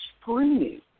screaming